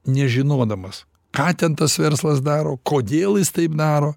nežinodamas ką ten tas verslas daro kodėl jis taip daro